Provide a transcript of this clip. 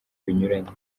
binyuranye